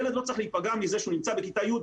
ילד לא צריך להיפגע מכך שהוא נמצא בכיתה י'